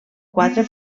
quatre